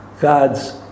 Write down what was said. God's